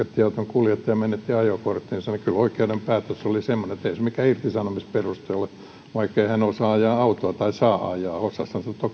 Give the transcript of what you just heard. vielä menetti ajokorttinsa niin kyllä oikeuden päätös oli semmoinen että eihän se mikään irtisanomisperuste ole vaikkei hän osaa ajaa autoa tai saa ajaa osasihan hän toki